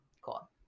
Cool